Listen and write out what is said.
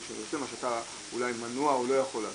מה שאתה אולי מנוע או לא יכול לעשות.